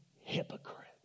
hypocrite